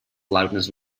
loudness